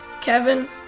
Kevin